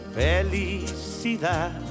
felicidad